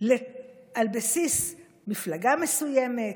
על בסיס מפלגה מסוימת,